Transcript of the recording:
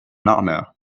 nightmare